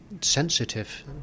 sensitive